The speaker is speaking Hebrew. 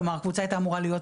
כלומר הקבוצה היתה אמורה להיות